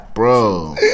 Bro